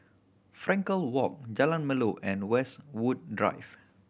Frankel Walk Jalan Melor and Westwood Drive